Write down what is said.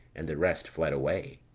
and the rest fled away.